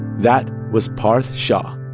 that was parth shah.